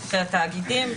של תאגידים.